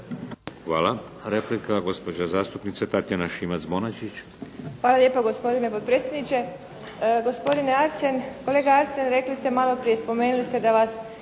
Hvala. Replika, gospođa zastupnica Tatjana Šimac-Bonačić. **Šimac Bonačić, Tatjana (SDP)** Hvala lijepa gospodine potpredsjedniče. Gospodine Arsen, kolega Arsen rekli ste malo prije, spomenuli ste da vas